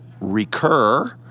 recur